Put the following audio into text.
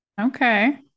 Okay